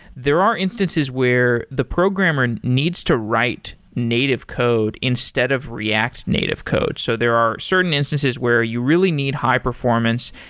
there are instances where the programmer and needs to write native code instead of react native code. so there are certain instances where you really need high performance,